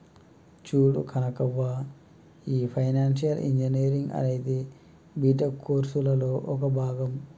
చూడు కనకవ్వ, ఈ financial engineering అనేది బీటెక్ కోర్సులలో ఒక భాగం